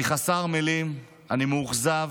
אני חסר מילים, אני מאוכזב,